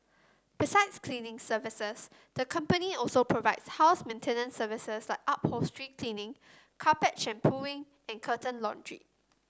besides cleaning services the company also provides house maintenance services like upholstery cleaning carpet shampooing and curtain laundry